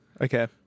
Okay